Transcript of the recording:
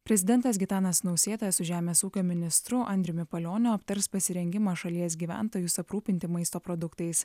prezidentas gitanas nausėda su žemės ūkio ministru andriumi palioniu aptars pasirengimą šalies gyventojus aprūpinti maisto produktais